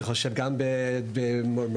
אני חושב ששומעים את זה גם לגבי מורים.